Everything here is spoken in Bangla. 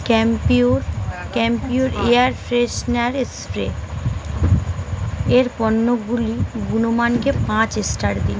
ক্যাম্পিউর ক্যাম্পিউর এয়ার ফ্রেশ্নার স্প্রে এর পণ্যগুলি গুণমানকে পাঁচ স্টার দিন